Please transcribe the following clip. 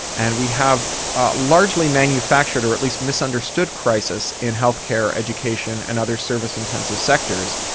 and we have a largely manufactured or at least misunderstood crisis in healthcare, education and other service intensive sectors,